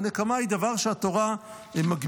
ונקמה היא דבר שהתורה מגבילה,